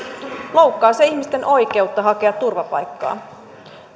loukkaa se ihmisten oikeutta hakea turvapaikkaa